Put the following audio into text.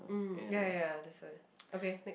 mm ya ya ya that's why okay next